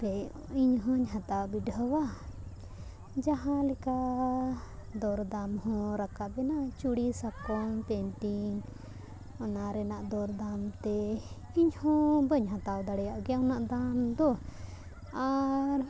ᱤᱧ ᱦᱚᱸᱧ ᱦᱟᱛᱟᱣ ᱵᱤᱰᱷᱟᱣᱟ ᱡᱟᱦᱟᱸ ᱞᱮᱠᱟ ᱫᱚᱨ ᱫᱟᱢ ᱦᱚᱸ ᱨᱟᱠᱟᱵ ᱵᱮᱱᱟ ᱪᱩᱲᱤ ᱥᱟᱠᱚᱢ ᱯᱮᱱᱴᱤᱝ ᱚᱱᱟ ᱨᱮᱱᱟᱜ ᱫᱚᱨ ᱫᱟᱢ ᱛᱮ ᱤᱧ ᱦᱚᱸ ᱵᱟᱹᱧ ᱦᱟᱛᱟᱣ ᱫᱟᱲᱮᱭᱟᱜ ᱜᱮᱭᱟ ᱩᱱᱟᱹᱜ ᱫᱟᱢ ᱫᱚ ᱟᱨ